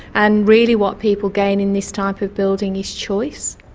and really what people gain in this type of building is choice.